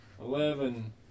eleven